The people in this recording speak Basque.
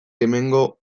hemengo